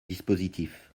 dispositif